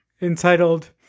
entitled